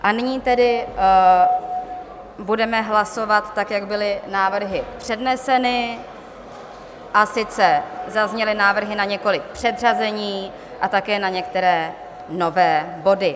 A nyní tedy budeme hlasovat tak, jak byly návrhy předneseny, a sice zazněly návrhy na několik předřazení a také na některé nové body.